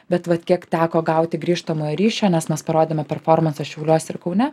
bet vat kiek teko gauti grįžtamojo ryšio nes mes parodėme performansą šiauliuose ir kaune